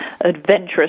adventurous